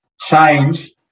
change